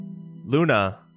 Luna